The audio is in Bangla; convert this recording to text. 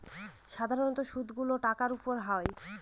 সাধারন সুদ গুলো টাকার উপর হয়